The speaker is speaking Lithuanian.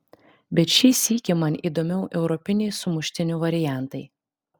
bet šį sykį man įdomiau europiniai sumuštinių variantai